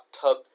tub